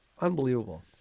Unbelievable